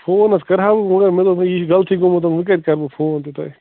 phone حظ کَرہاو وۅنۍ مےٚ دوٚپ وۅنۍ یہِ چھُ غلطٕے گوٚمُت وۅنۍ کَتہِ کَرٕ بہٕ فون تہِ تۄہہِ